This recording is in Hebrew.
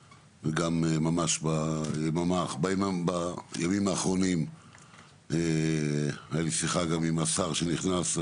ממש בימים האחרונים הייתה לי שיחה גם עם השר שנכנס,